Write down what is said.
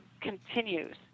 continues